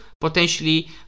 potentially